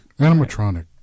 Animatronic